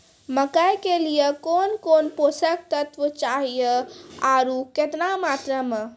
मकई के लिए कौन कौन पोसक तत्व चाहिए आरु केतना मात्रा मे?